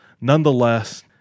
nonetheless